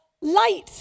light